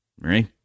right